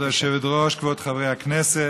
כבוד היושבת-ראש, כבוד חברי הכנסת,